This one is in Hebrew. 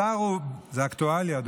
וזו אקטואליה,